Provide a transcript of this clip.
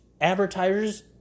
advertisers